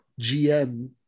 GM